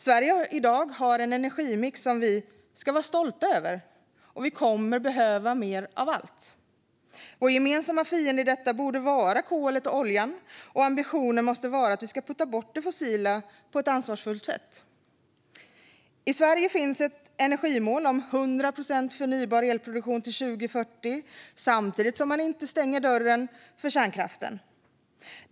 Sverige har i dag en energimix som vi ska vara stolta över, och vi kommer att behöva mer av allt. Vår gemensamma fiende i detta borde vara kolet och oljan, och ambitionen måste vara att vi ska putta bort det fossila på ett ansvarsfullt sätt. I Sverige finns ett energimål om 100 procent förnybar elproduktion till 2040 samtidigt som man inte stänger dörren för kärnkraften.